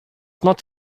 not